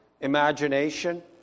imagination